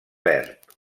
verd